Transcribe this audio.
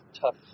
tough